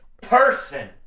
person